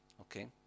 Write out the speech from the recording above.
okay